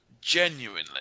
genuinely